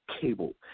cable